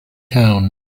town